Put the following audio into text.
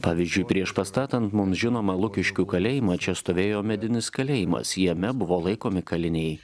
pavyzdžiui priešpastatant mums žinomą lukiškių kalėjimą čia stovėjo medinis kalėjimas jame buvo laikomi kaliniai